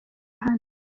hano